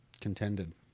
contended